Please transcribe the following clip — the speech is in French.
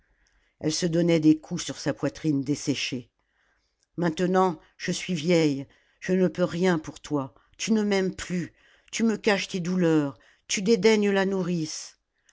elle se donnait des coups sur sa poitrine desséchée maintenant je suis vieille je ne peux rien pour toi tu ne m'aimes plus tu me caches tes douleurs tu dédaignes la nourrice